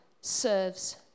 serves